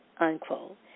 unquote